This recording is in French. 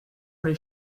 les